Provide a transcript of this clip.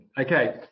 Okay